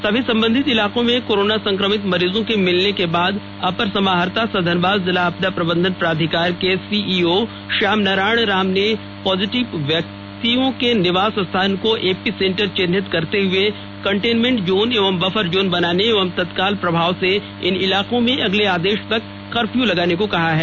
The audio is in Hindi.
सभी संबंधित इलाकों में कोरोना संक्रमित मरीजों के मिलने के बाद अपर समाहर्ता सह धनबाद जिला आपदा प्रबंधन प्राधिकार के सीईओ श्याम नारायण राम ने पॉजिटिव व्यक्ति के निवास स्थान को एपी सेंटर चिह्नित करते हुए कंटोनमेंट जोन एवं बफर जोन बनाने एवं तत्काल प्रभाव से इन इलाकों में अगले आदेश तक कर्फ़यू लगाने को कहा है